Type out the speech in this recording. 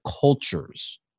cultures